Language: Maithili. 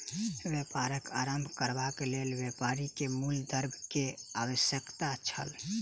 व्यापार आरम्भ करबाक लेल व्यापारी के मूल द्रव्य के आवश्यकता छल